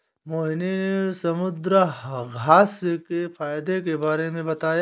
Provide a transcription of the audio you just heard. मोहिनी ने समुद्रघास्य के फ़ायदे के बारे में बताया